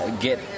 get